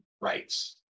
rights